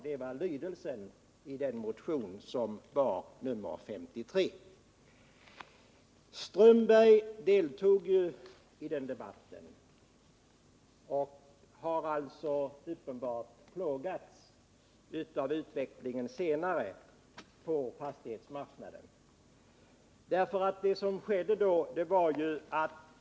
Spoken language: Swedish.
Detta var innebörden av den ifrågavarande motionen nr 3 Herr Strömberg deltog ju i den debatten, och han har uppenbarligen plågats av den utveckling som följde på fastighetsmarknaden.